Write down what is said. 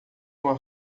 uma